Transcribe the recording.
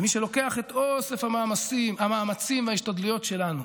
ומי שלוקח את אוסף המאמצים וההשתדלויות שלו,